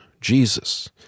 Jesus